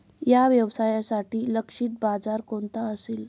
या व्यवसायासाठी लक्षित बाजार कोणता असेल?